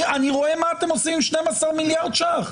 אני רואה מה אתם עושים עם 12 מיליארד ש"ח.